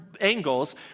angles